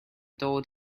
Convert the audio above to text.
dod